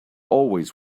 always